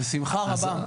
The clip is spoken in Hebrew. נכון, בשמחה רבה.